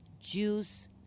Jews